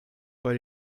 bei